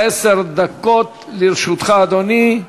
עשר דקות לרשותך, אדוני.